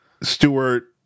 Stewart